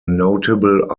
notable